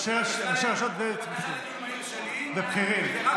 זה היה דיון מהיר שלי, ובכירים.